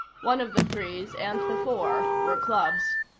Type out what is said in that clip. one of the threes, and the four, were clubs.